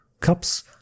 cups